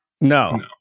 No